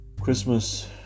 Christmas